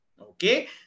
Okay